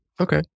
Okay